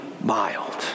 mild